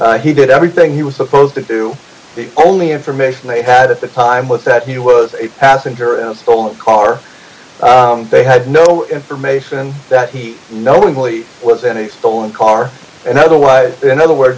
approach he did everything he was supposed to do the only information they had at the time was that he was a passenger in a stolen car they had no information that he knowingly was in a stolen car and otherwise in other words